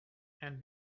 and